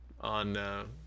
on